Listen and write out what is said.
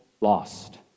lost